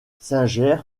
singer